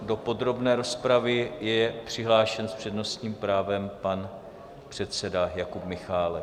Do podrobné rozpravy je přihlášen s přednostním právem pan předseda Jakub Michálek.